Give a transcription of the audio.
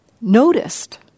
noticed